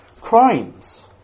crimes